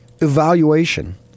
evaluation